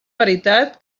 veritat